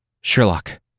Sherlock